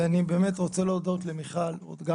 אני באמת רוצה להודות למיכל וגם